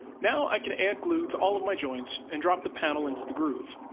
now i can add glue to all of my joints and drop the panel into the groove.